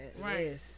Right